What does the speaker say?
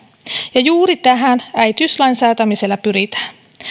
ja juuri tähän äitiyslain säätämisellä pyritään